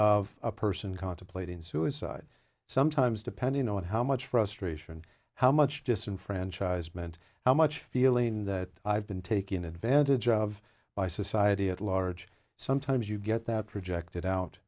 of a person contemplating suicide sometimes depending on how much frustration how much disenfranchisement how much feeling that i've been taking advantage of by society at large sometimes you get that projected out